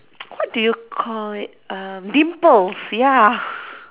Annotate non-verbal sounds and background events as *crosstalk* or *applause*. *noise* what do you call it um dimples ya